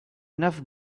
enough